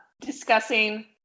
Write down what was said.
discussing